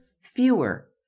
fewer